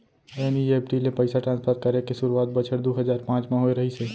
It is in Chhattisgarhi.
एन.ई.एफ.टी ले पइसा ट्रांसफर करे के सुरूवात बछर दू हजार पॉंच म होय रहिस हे